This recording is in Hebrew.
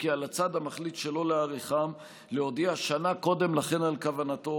כי על הצד המחליט שלא להאריכם להודיע שנה קודם לכן על כוונתו